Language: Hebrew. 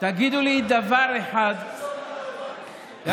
תגידו לי דבר אחד, יעקב אשר.